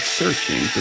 searching